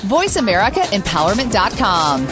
VoiceAmericaEmpowerment.com